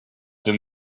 been